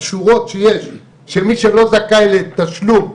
השורות של מי שלא זכאי בתשלום,